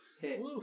hit